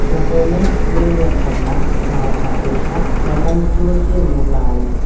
ក្រពើនោះ មានមាឌធំណាស់ ក្បាល ៧ហត្ថ តំណែងខ្លួនជាមនុស្សបាន ។